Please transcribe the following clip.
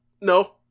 No